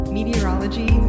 Meteorology